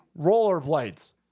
rollerblades